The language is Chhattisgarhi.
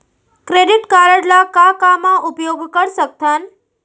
क्रेडिट कारड ला का का मा उपयोग कर सकथन?